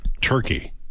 Turkey